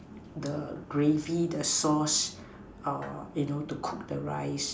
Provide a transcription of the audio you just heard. the gravy the sauce uh you know to cook the rice